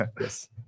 Yes